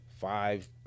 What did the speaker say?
Five